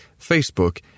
Facebook